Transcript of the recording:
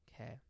Okay